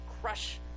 Crush